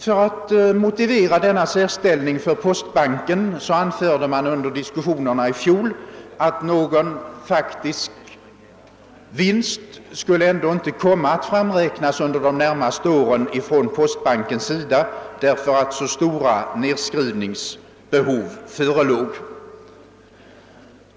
För att motivera denna särställning för postbanken anfördes det under diskussionerna i fjol att någon faktisk vinst ändå inte skulle komma alt framräknas under de närmaste åren, därför att det förelåg så stora nedskriv ningsbehov hos postbanken.